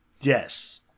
yes